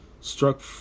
struck